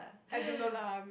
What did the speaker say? I don't know lah